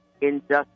injustice